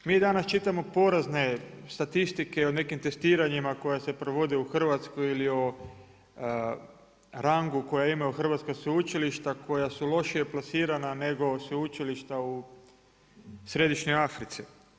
Mi danas čitamo porazne statistike o nekim testiranjima koje se provode u Hrvatskoj, ili u rangu koja imaju hrvatska sveučilišta koja su lošije plasirana nego sveučilišta u Središnjoj Africi.